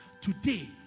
Today